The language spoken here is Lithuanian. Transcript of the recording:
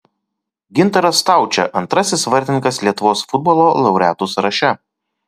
gintaras staučė antrasis vartininkas lietuvos futbolo laureatų sąraše